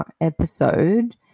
episode